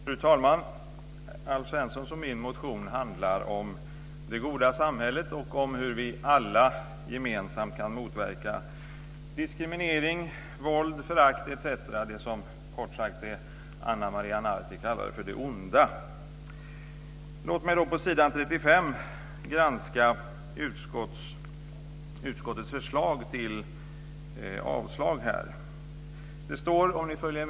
Fru talman! Alf Svenssons och min motion handlar om det goda samhället och om hur vi alla gemensamt kan motverka diskriminering, våld, förakt etc. - kort sagt det som Ana Maria Narti kallade "det onda". Låt mig granska utskottets förslag till avslag på s. 35 i betänkandet.